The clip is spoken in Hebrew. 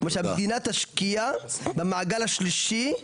שהמדינה תשקיע במעגל השלישי,